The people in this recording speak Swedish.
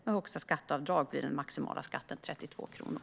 Med högsta skatteavdrag blir den maximala skatten 32 kronor.